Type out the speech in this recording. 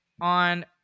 on